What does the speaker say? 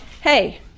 hey